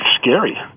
scary